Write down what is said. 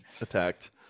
Attacked